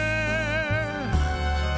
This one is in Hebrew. אויבינו הקמים עלינו ניגפים לפניהם.